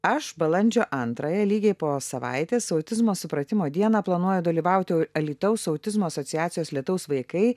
aš balandžio antrąją lygiai po savaitės autizmo supratimo dieną planuoju dalyvauti alytaus autizmo asociacijos lietaus vaikai